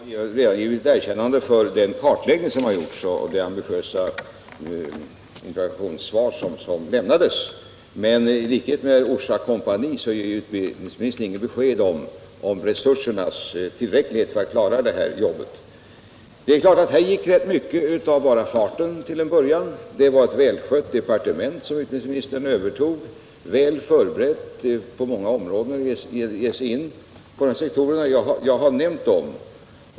Herr talman! Jag har redan gett utbildningsministern ett erkännande för den kartläggning som gjorts och det ambitiösa interpellationssvar som lämnats. Men på samma sätt som för Orsa kompani ger utbildningsministern inte besked om resursernas tillräcklighet för att klara det arbetet. Det är klart att rätt mycket till en början gick av bara farten — det var ett välskött departement som utbildningsministern övertog, väl förberett för att ge sig in på de sektorer jag nämnt.